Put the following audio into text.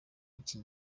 iki